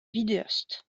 vidéaste